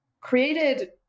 created